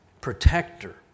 protector